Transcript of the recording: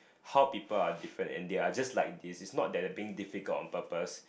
how people are different and they are just like this it's not like they are being difficult on purpose